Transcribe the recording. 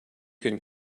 can